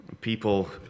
people